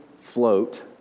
float